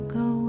go